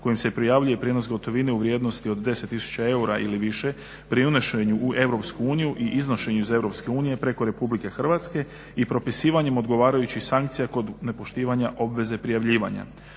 kojim se prijavljuje prijenos gotovine u vrijednosti od 10 tisuća eura ili više pri unošenju u Europsku uniju i iznošenju iz Europske unije preko Republike Hrvatske i propisivanjem odgovarajućih sankcija kod nepoštivanja obveze prijavljivanja.